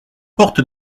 porte